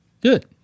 good